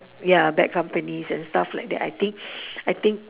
ya bad companies and stuff like that I think I think